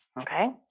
Okay